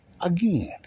again